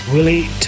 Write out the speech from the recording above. Willie